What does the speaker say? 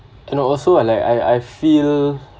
and also I like I I feel